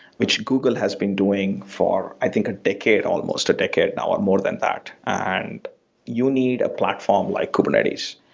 which google has been doing for, i think, a decade almost, a decade or and ah more than that, and you need a platform like kubernetes.